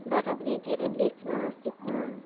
बाट पनि धेरै लेख्न सिक्न